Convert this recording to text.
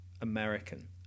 american